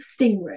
Stingray